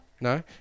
No